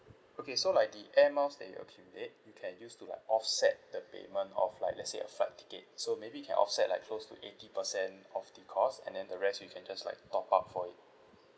okay so like the air miles that you accumulate you can use to like offset the payment of like let's say a flight ticket so maybe you can offset like close to eighty percent of the cost and then the rest you can just like top up for it